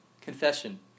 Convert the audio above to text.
confession